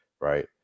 right